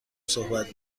صحبت